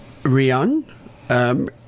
Rian